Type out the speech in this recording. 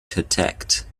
detect